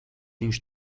viņš